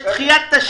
יש דחיית תשלום.